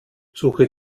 suche